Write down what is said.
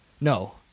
No